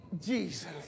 Jesus